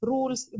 Rules